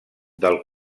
del